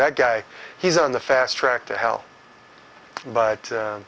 that guy he's on the fast track to hell but